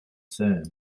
firm